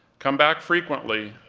come back frequently,